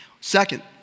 Second